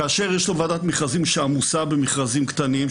כאשר יש לו ועדת מכרזים שעמוסה במכרזים קטנים,